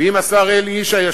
ואם השר אלי ישי,